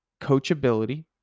coachability